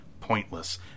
pointless